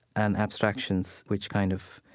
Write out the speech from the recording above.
and abstractions which kind of,